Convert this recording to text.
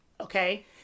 Okay